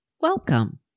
Welcome